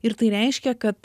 ir tai reiškia kad